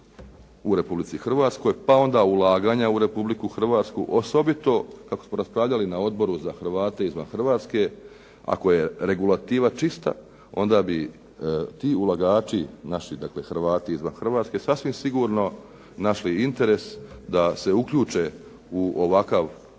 u Republici Hrvatskoj. Pa onda ulaganja u Republiku Hrvatsku osobito kako smo raspravljali na Odboru za Hrvate izvan Hrvatske ako je regulativa čista onda bi ti ulagači naši dakle Hrvati izvan Hrvatske sasvim sigurno našli interes da se uključe u ovakav,